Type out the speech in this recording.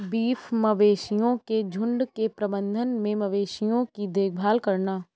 beef मवेशियों के झुंड के प्रबंधन में मवेशियों की देखभाल करना